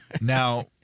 Now